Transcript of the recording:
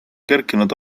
kerkinud